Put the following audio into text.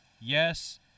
yes